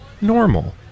normal